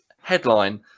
headline